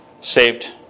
saved